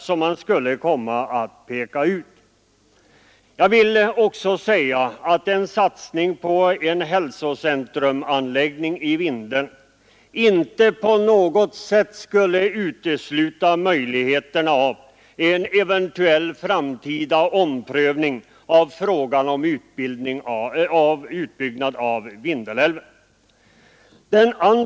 Vidare vill jag säga att en satsning på en hälsocentrumanläggning i Vindeln inte på något sätt skulle utesluta möjligheterna av en eventuell framtida omprövning av frågan om utbyggnad av Vindelälven.